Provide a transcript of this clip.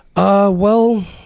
ah well,